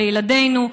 לילדינו.